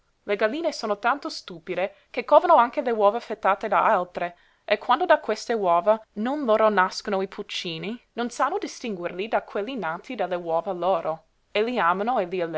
le galline sono tanto stupide che covano anche le uova fetate da altre e quando da queste uova non loro nascono i pulcini non sanno distinguerli da quelli nati dalle uova loro e li amano e